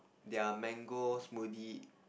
their mango smoothie